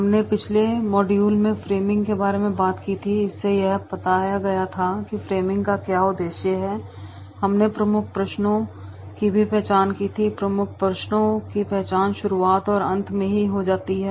हमने पिछले मॉड्यूल में फ्रेमिंग के बारे में बात की थी इसमें यह बताया गया था कि फ्रेमिंग का क्या उद्देश्य है और हमने प्रमुख प्रश्नों की भी पहचान की थी प्रमुख प्रश्नों की पहचान शुरुआत और अंत में ही हो जाती है